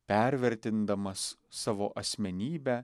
pervertindamas savo asmenybę